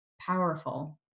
powerful